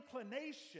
inclination